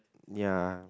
ya